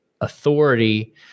authority